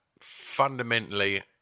fundamentally